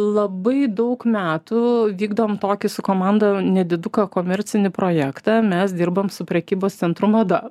labai daug metų vykdom tokį su komanda nediduką komercinį projektą mes dirbam su prekybos centru mada